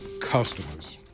customers